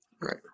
Right